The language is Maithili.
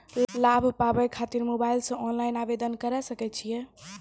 लाभ पाबय खातिर मोबाइल से ऑनलाइन आवेदन करें सकय छियै?